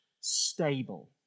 stable